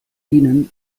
ihnen